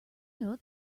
know